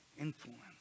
influence